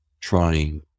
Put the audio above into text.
trying